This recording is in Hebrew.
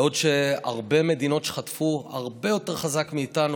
בעוד הרבה מדינות שחטפו הרבה יותר חזק מאיתנו